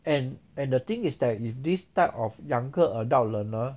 and and the thing is that if this type of younger adult learner